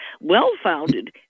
well-founded